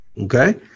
Okay